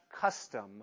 custom